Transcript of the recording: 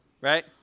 right